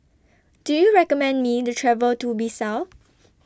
Do YOU recommend Me The travel to Bissau